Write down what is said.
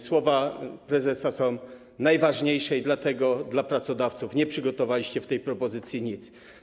Słowa prezesa są najważniejsze i dlatego dla pracodawców nie przygotowaliście w tej propozycji nic.